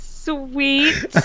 Sweet